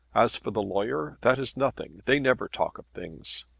as for the lawyer, that is nothing. they never talk of things.